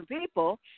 people